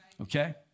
Okay